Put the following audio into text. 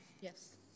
Yes